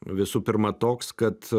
visų pirma toks kad